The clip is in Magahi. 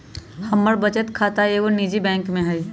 हमर बचत खता एगो निजी बैंक में हइ